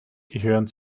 gehören